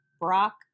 Brock